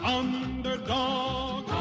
underdog